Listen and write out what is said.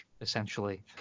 essentially